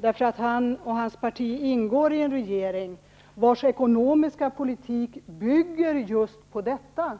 Det beror på att hans parti ingår i en regering, vars ekonomiska politik bygger på just detta.